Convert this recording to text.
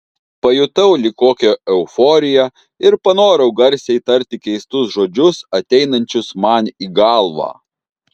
pajutau lyg kokią euforiją ir panorau garsiai tarti keistus žodžius ateinančius man į galvą